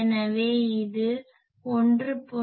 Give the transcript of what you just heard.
எனவே இது 1